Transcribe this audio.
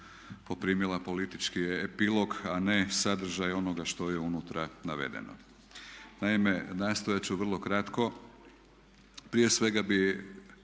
politički epilog a ne sadržaj onoga što je unutra navedeno. Naime, nastojati ću vrlo kratko, prije svega bih